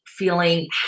feeling